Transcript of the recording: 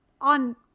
on